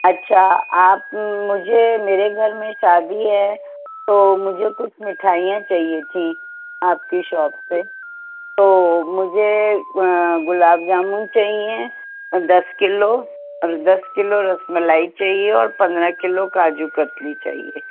اچھا آپ مجھے میرے گھر میں شادی ہے تو مجھے کچھ مٹھائیاں چاہیے تھیں آپ کی شاپ سے تو مجھے گلاب جامن چاہئیں دس کلو اور دس کلو رس ملائی چاہیے اور پندرہ کلو کاجو کتلی چاہیے